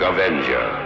Avenger